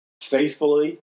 faithfully